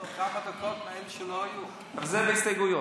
אפשר לתת לו כמה דקות מאלה שלא היו?